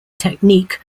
technique